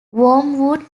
wormwood